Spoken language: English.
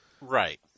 Right